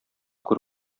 күр